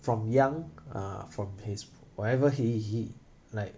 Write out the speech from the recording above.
from young uh from his whatever he he like